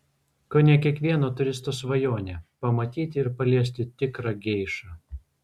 kone kiekvieno turisto svajonė pamatyti ir paliesti tikrą geišą